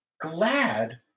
glad